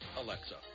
Alexa